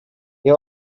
you